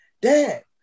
Dad